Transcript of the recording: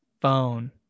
phone